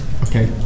Okay